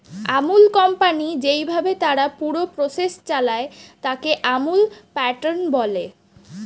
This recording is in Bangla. আমূল কোম্পানি যেইভাবে তার পুরো প্রসেস চালায়, তাকে আমূল প্যাটার্ন বলে